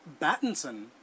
battinson